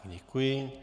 Děkuji.